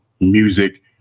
Music